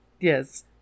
Yes